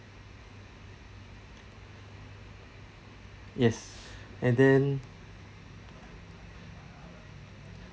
yes and then